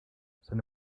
seine